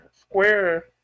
square